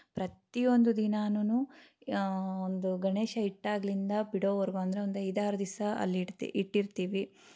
ಪ್ರತಿಯೊಂದು ದಿನಾನು ಒಂದು ಗಣೇಶ ಇಟ್ಟಾಗಲಿಂದ ಬಿಡೋವರೆಗೂ ಅಂದರೆ ಒಂದು ಐದಾರು ದಿವ್ಸ ಅಲ್ಲಿ ಇಡ್ತ ಇಟ್ಟಿರ್ತೀವಿ